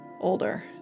older